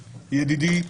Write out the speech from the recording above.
ידידי,